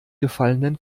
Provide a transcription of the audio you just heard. gefallenen